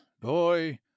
boy